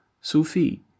Sufi